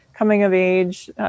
coming-of-age